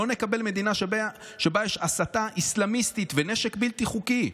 לא נקבל מדינה שבה יש הסתה אסלאמיסטית ונשק בלתי חוקי.